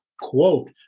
quote